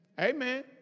Amen